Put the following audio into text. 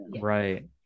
Right